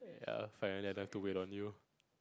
ya apparently I don't have to wait on you